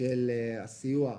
של הסיוע,